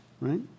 right